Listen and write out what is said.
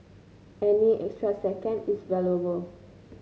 any extra second is valuable